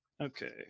Okay